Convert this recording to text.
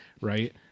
Right